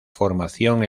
formación